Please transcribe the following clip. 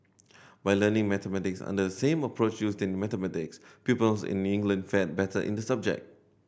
by learning mathematics under same approach used in mathematics peoples in England fared better in the subject